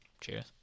Cheers